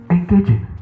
Engaging